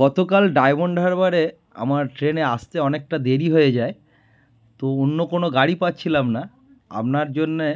গতকাল ডায়মন্ড হারবারে আমার ট্রেনে আসতে অনেকটা দেরি হয়ে যায় তো অন্য কোনও গাড়ি পাচ্ছিলাম না আপনার জন্যে